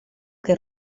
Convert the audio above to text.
che